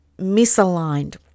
misaligned